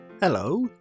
Hello